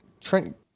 Trent